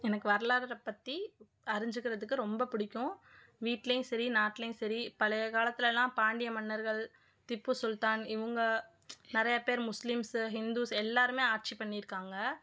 எனக்கு வரலாற்ற பற்றி அறிஞ்சுக்கிறதுக்கு ரொம்ப பிடிக்கும் வீட்டிலயும் சரி நாட்டிலயும் சரி பழைய காலத்திலலாம் பாண்டிய மன்னர்கள் திப்புசுல்தான் இவங்க நிறைய பேர் முஸ்லிம்ஸு ஹிந்துஸ் எல்லோருமே ஆட்சி பண்ணியிருக்காங்க